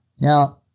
Now